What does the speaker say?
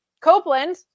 Copeland